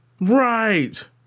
Right